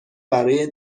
برای